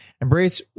embrace